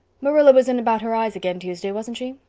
marilla was in about her eyes again tuesday, wasn't she?